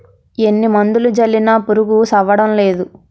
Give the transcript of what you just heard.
ఎన్ని మందులు జల్లినా పురుగు సవ్వడంనేదు